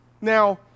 Now